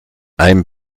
ein